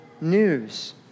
news